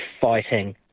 fighting